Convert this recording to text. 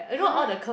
!huh!